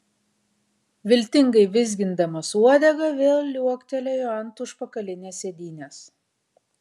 viltingai vizgindamas uodegą vėl liuoktelėjo ant užpakalinės sėdynės